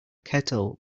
kettle